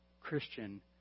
Christian